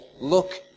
look